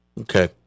Okay